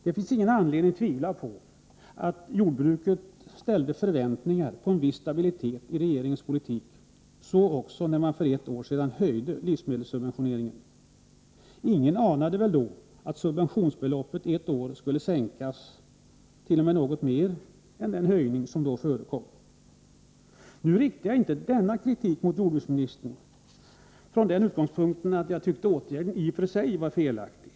Det finns ingen anledning tvivla på att jordbruket ställde förväntningar på en viss stabilitet i regeringens politik. Så också när man för ett år sedan höjde livsmedelssubventionerna. Ingen anade väl då att subventionsbeloppet ett år senare, som nu skett, skulle sänkas t.o.m. något mer än motsvarande den höjning som då genomfördes. Jag riktar inte denna kritik mot jordbruksministern från den utgångspunkten att jag tycker att åtgärden i och för sig var felaktig.